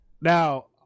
now